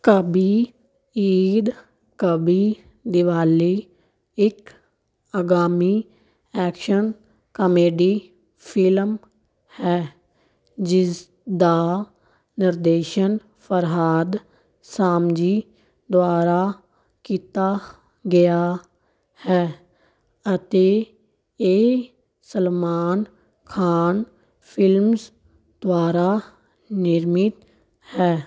ਕਭੀ ਈਦ ਕਭੀ ਦੀਵਾਲੀ ਇੱਕ ਆਗਾਮੀ action comedy film ਹੈ ਜਿਸ ਦਾ ਨਿਰਦੇਸ਼ਨ ਫਰਹਾਦ ਸਾਮਜੀ ਦੁਆਰਾ ਕੀਤਾ ਗਿਆ ਹੈ ਅਤੇ ਇਹ ਸਲਮਾਨ ਖਾਨ ਫ਼ਿਲਮਜ਼ ਦੁਆਰਾ ਨਿਰਮਿਤ ਹੈ